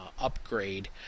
upgrade